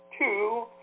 Two